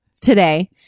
today